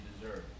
deserve